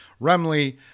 Remley